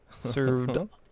served